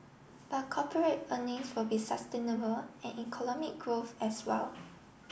but corporate earnings will be sustainable and economic growth as well